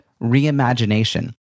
reimagination